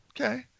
Okay